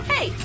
Hey